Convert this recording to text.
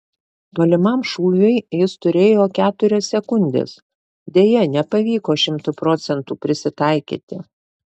tolimam šūviui jis turėjo keturias sekundes deja nepavyko šimtu procentų prisitaikyti